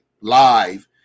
live